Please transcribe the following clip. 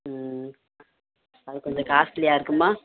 ம் அது கொஞ்சம் காஸ்ட்லியாக இருக்குமா